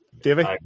David